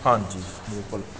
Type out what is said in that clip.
ਹਾਂਜੀ ਬਿਲਕੁਲ